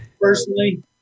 personally